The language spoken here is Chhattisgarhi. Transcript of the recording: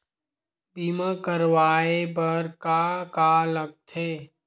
बीमा करवाय बर का का लगथे?